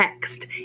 text